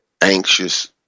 anxious